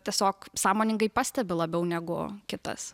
tiesiog sąmoningai pastebi labiau negu kitas